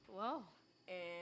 Whoa